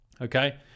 Okay